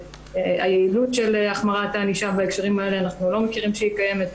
שהיעילות של החמרת הענישה אנחנו לא יודעים שהיא קיימת.